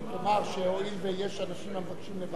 שינוי אופן בחירת נשיא המדינה ומבקר המדינה),